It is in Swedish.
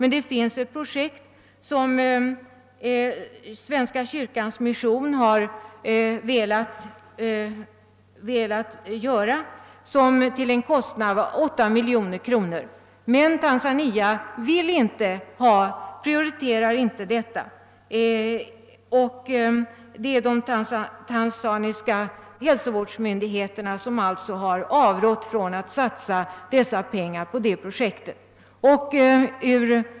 Men det finns ett projekt, som svenska kyrkans mission char velat utföra till en kostnad av 8 miljoner kronor. Men Tanzania vill inte prioritera detta. Det är de tanzaniska hälsovårdsmyndigheterna som alltså har avrått från att satsa dessa pengar på det projektet.